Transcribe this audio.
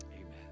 Amen